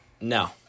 no